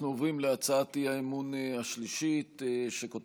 אנחנו עוברים להצעת האי-אמון השלישית, שכותרתה: